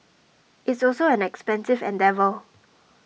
it's also an expensive endeavour